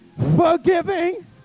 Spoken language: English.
forgiving